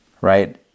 Right